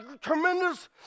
tremendous